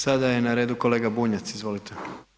Sada je na redu kolega Bunjac, izvolite.